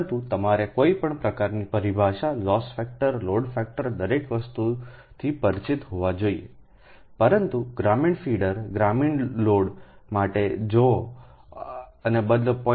પરંતુ તમારે કોઈ પણ પ્રકારની પરિભાષા લોસ ફેક્ટર લોડ ફેક્ટર દરેક વસ્તુથી પરિચિત હોવા જોઈએ પરંતુ ગ્રામીણ ફીડર ગ્રામીણ લોડ માટે જો આને બદલે 0